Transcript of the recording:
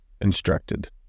instructed